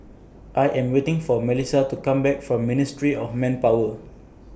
I Am waiting For Melissia to Come Back from Ministry of Manpower